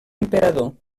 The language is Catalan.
emperador